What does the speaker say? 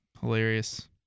Hilarious